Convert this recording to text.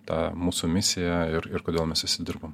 tą mūsų misiją ir ir kodėl mes visi dirbam